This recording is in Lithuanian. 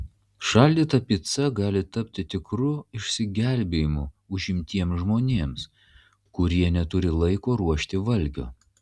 šaldyta pica gali tapti tikru išsigelbėjimu užimtiems žmonėms kurie neturi laiko ruošti valgio